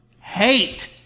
hate